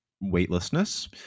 weightlessness